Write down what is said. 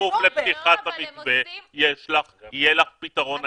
בכפוף לפתיחת המתווה יהיה לך פיתרון.